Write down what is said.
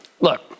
look